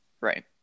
Right